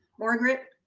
margaret.